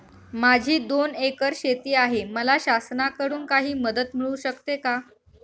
माझी दोन एकर शेती आहे, मला शासनाकडून काही मदत मिळू शकते का?